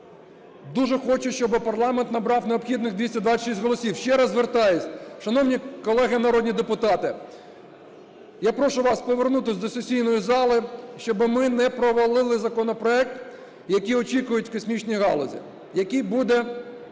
дуже хочу, щоби парламент набрав необхідних 226 голосів. Ще раз звертаюсь, шановні колеги народні депутати, я прошу вас повернутись до сесійної зали, щоби ми не провалили законопроект, який очікують космічні галузі, який буде